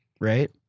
right